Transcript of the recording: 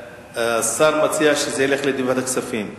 השר מציע שזה ילך לוועדת הכספים.